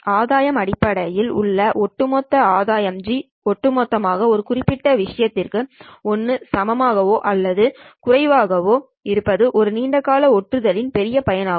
ஆதாயம் அடிப்படையில் உள்ள ஒட்டுமொத்த ஆதாயம் G ஒட்டுமொத்தமாக இந்த குறிப்பிட்ட விஷயத்திற்கு 1 சமமாகவோ அல்லது குறைவாகவோ இருப்பது ஒரு நீண்ட கால ஒட்டுதலின் பெரிய பயன் ஆகும்